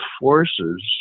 forces